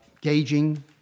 gauging